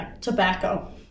tobacco